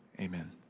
amen